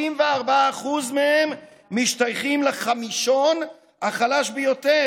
64% מהם משתייכים לחמישון החלש ביותר,